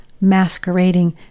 masquerading